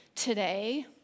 today